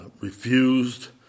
refused